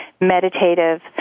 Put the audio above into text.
meditative